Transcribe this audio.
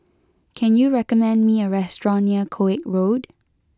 can you recommend me a restaurant near Koek Road